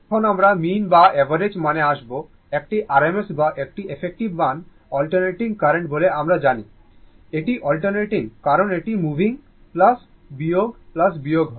এখন আমরা মিন বা অ্যাভারেজ মান এ আসব একটি RMS বা একটি ইফেক্টিভ মান অল্টারনেটিং কারেন্ট বলে আমরা জানি এটি অল্টারনেটিং কারণ এটি মুভিং বিয়োগ বিয়োগ হয়